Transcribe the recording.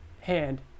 hand